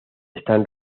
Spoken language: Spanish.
están